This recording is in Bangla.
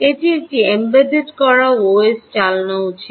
এটি একটি এম্বেড করা ওএস চালানো উচিত